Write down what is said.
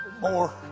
more